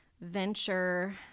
venture